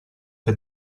che